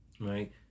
right